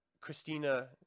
Christina